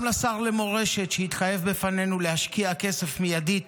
גם לשר למורשת שהתחייב בפנינו להשקיע כסף מיידית,